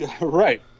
Right